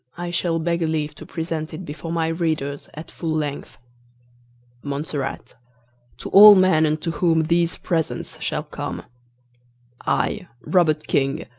i shall beg leave to present it before my readers at full length montserrat to all men and unto whom these presents shall come i robert king,